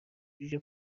جوجه